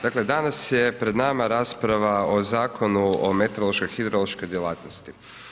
Dakle, danas je pred nama rasprava o Zakonu o meteorološkoj i hidrološkoj djelatnosti.